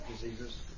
Diseases